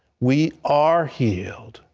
we are healed.